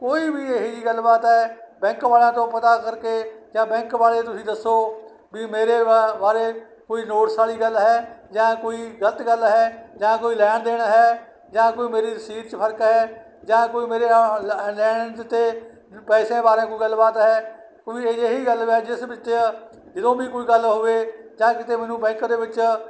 ਕੋਈ ਵੀ ਇਹ ਹੀ ਜਿਹੀ ਗੱਲਬਾਤ ਹੈ ਬੈਂਕ ਵਾਲਿਆਂ ਤੋਂ ਪਤਾ ਕਰਕੇ ਜਾਂ ਬੈਂਕ ਵਾਲੇ ਤੁਸੀਂ ਦੱਸੋ ਵੀ ਮੇਰੇ ਬਾ ਬਾਰੇ ਕੋਈ ਨੋਟਿਸ ਵਾਲੀ ਗੱਲ ਹੈ ਜਾਂ ਕੋਈ ਗਲਤ ਗੱਲ ਹੈ ਜਾਂ ਕੋਈ ਲੈਣ ਦੇਣ ਹੈ ਜਾਂ ਕੋਈ ਮੋਰੀ ਰਸੀਦ 'ਚ ਫਰਕ ਹੈ ਜਾਂ ਕੋਈ ਮੇਰੇ ਲੈਣ 'ਤੇ ਪੈਸਿਆਂ ਬਾਰੇ ਕੋਈ ਗੱਲਬਾਤ ਹੈ ਕੋਈ ਵੀ ਅਜਿਹੀ ਗੱਲ ਹੈ ਜਿਸ ਵਿੱਚ ਜਦੋਂ ਵੀ ਕੋਈ ਗੱਲ ਹੋਵੇ ਜਾਂ ਕਿਤੇ ਮੈਨੂੰ ਬੈਂਕ ਦੇ ਵਿੱਚ